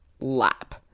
lap